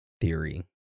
theory